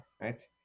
right